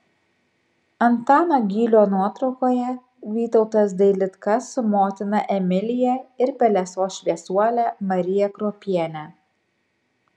antano gylio nuotraukoje vytautas dailidka su motina emilija ir pelesos šviesuole marija kruopiene